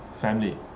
family